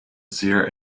zeer